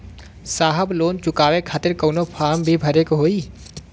साहब लोन चुकावे खातिर कवनो फार्म भी भरे के होइ?